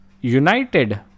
United